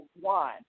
one